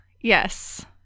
Yes